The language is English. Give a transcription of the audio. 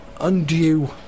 undue